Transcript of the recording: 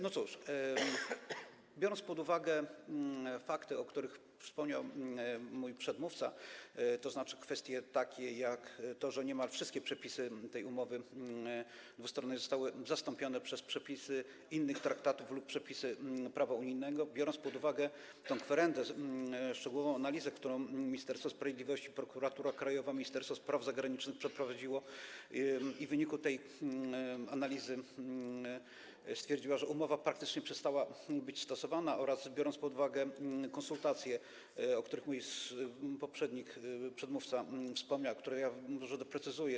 No cóż, bierzemy pod uwagę fakty, o których wspomniał mój przedmówca, to znaczy kwestie takie, jak to, że niemal wszystkie przepisy tej umowy dwustronnej zostały zastąpione przepisami innych traktatów lub przepisami prawa unijnego, bierzemy pod uwagę tę kwerendę, szczegółową analizę, którą Ministerstwo Sprawiedliwości, Prokuratura Krajowa, Ministerstwo Spraw Zagranicznych przeprowadziły, w wyniku czego stwierdziły, że umowa praktycznie przestała być stosowana, oraz bierzemy pod uwagę konsultacje, o których mój poprzednik, przedmówca wspomniał, co ja może doprecyzuję.